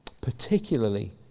Particularly